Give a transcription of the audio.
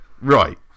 Right